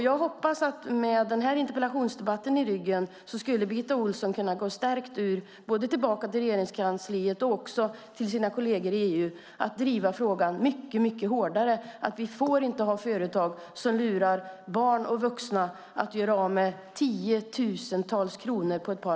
Jag hoppas att Birgitta Ohlsson med denna interpellationsdebatt i ryggen ska kunna gå tillbaka till Regeringskansliet och till sina kolleger i EU och driva frågan mycket hårdare. Vi får inte ha företag som på ett par minuter lurar barn och vuxna att göra av med tiotusentals kronor.